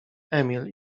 emil